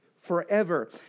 forever